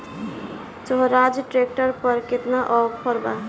सोहराज tractor पर केतना offer बा?